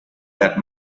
that